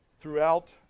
Throughout